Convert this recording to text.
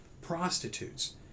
prostitutes